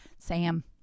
Sam